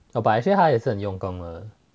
ya but actually 他也是很用功的